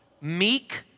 meek